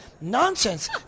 nonsense